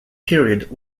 period